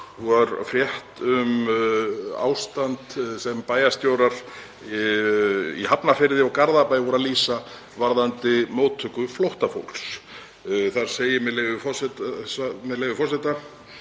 var frétt um ástand sem bæjarstjórar í Hafnarfirði og Garðabæ voru að lýsa varðandi móttöku flóttafólks. Þar segir, með leyfi forseta: